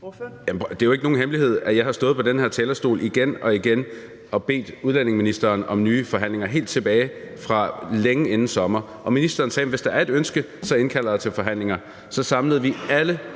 Det er jo ikke nogen hemmelighed, at jeg har stået på den her talerstol igen og igen og bedt udlændinge- og integrationsministeren om nye forhandlinger, helt tilbage til længe inden sommer. Og ministeren sagde, at hvis der er et ønske, indkalder jeg til forhandlinger. Så samlede vi alle